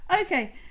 Okay